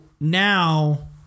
now